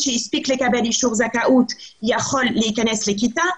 שהספיק לקבל אישור זכאות יכול להיכנס לכיתה,